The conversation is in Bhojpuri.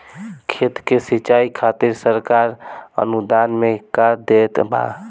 खेत के सिचाई खातिर सरकार अनुदान में का देत बा?